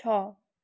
छ